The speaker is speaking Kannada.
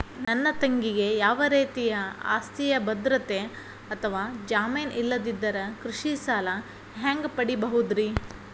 ನನ್ನ ತಂಗಿಗೆ ಯಾವ ರೇತಿಯ ಆಸ್ತಿಯ ಭದ್ರತೆ ಅಥವಾ ಜಾಮೇನ್ ಇಲ್ಲದಿದ್ದರ ಕೃಷಿ ಸಾಲಾ ಹ್ಯಾಂಗ್ ಪಡಿಬಹುದ್ರಿ?